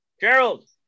Gerald